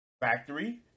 factory